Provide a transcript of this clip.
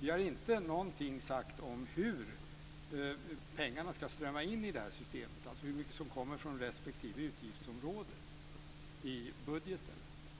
Vi har inte någonting sagt om hur pengarna ska strömma in i systemet, dvs. hur mycket som kommer från respektive utgiftsområde i budgeten.